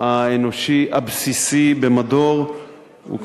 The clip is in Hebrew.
האנושי הבסיסי במדור הוא,